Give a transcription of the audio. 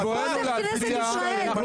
כאן זאת כנסת ישראל.